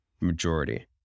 majority